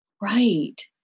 Right